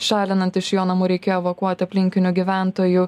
šalinant iš jo namų reikėjo evakuoti aplinkinių gyventojų